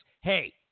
hey